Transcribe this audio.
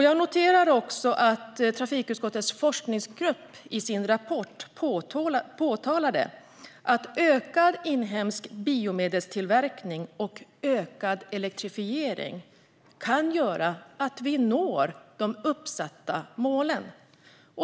Jag noterade att trafikutskottets forskningsgrupp i sin rapport påpekade att ökad inhemsk biodrivmedelstillverkning och ökad elektrifiering kan göra att vi når de uppsatta målen.